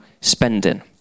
spending